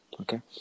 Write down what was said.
Okay